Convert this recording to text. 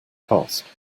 cost